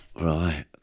Right